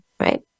right